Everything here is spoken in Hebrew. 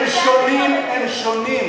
הם שונים.